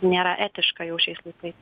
nėra etiška jau šiais laikais